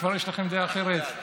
כבר יש לכם דעה אחרת?